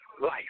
life